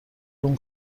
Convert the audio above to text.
اون